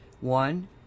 One